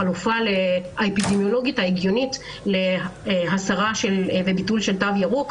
החלופה האפידמיולוגית ההגיונית להסרה וביטול של תו ירוק,